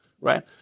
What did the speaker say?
right